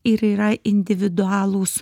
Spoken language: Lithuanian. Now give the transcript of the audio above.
ir yra individualūs